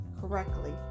correctly